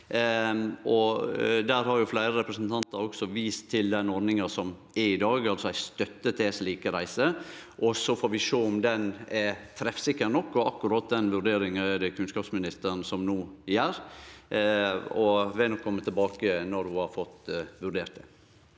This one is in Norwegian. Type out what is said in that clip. Der har fleire representantar også vist til den ordninga som er i dag, altså ei støtte til slike reiser, og så får vi sjå om ho er treffsikker nok. Akkurat den vurderinga er det kunnskapsministeren som no gjer, og ho vil nok kome tilbake når ho har fått vurdert det.